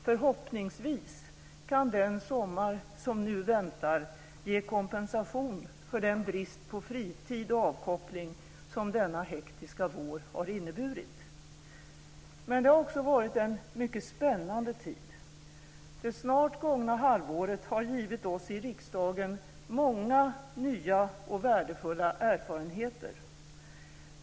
Förhoppningsvis kan den sommar som nu väntar ge kompensation för den brist på fritid och avkoppling som denna hektiska vår inneburit. Men det har också varit en mycket spännande tid. Det snart gångna halvåret har givit oss i riksdagen många nya och värdefulla erfarenheter.